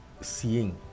seeing